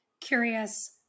curious